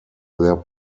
their